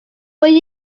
will